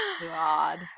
God